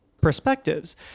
perspectives